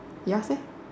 yours eh